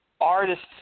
Artists